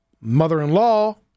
mother-in-law